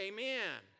Amen